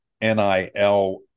nil